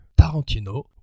Tarantino